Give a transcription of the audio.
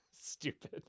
Stupid